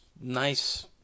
nice